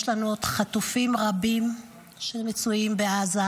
יש לנו עוד חטופים רבים שמצויים בעזה,